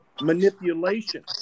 manipulation